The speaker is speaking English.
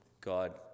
God